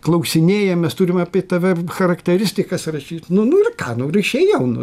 klausinėja mes turim apie tave charakteristikas rašyt nu nu ir ką nu ir išėjau nu